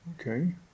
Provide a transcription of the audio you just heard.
okay